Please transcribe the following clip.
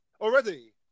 Already